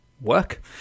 work